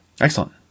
Excellent